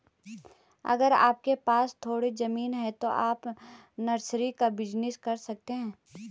अगर आपके पास थोड़ी ज़मीन है तो आप नर्सरी का बिज़नेस कर सकते है